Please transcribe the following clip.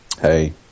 Hey